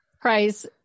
Price